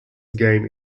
game